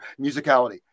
musicality